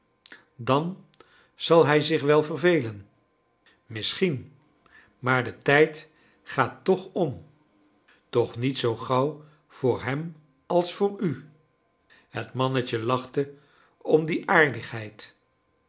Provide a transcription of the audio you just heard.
dan zal hij zich wel vervelen misschien maar de tijd gaat toch om toch niet zoo gauw voor hem als voor u het mannetje lachte om die aardigheid